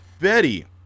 Betty